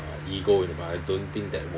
ego in the parliament I don't think that